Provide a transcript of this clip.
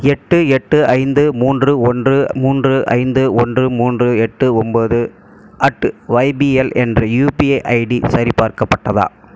எட்டு எட்டு ஐந்து மூன்று ஓன்று மூன்று ஐந்து ஓன்று மூன்று எட்டு ஒன்பது அட் ஒய்பிஎல் என்ற யுபிஐ ஐடி சரிபார்க்கப்பட்டதா